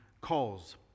calls